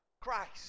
Christ